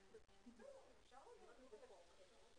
צוהריים טובים לכולם.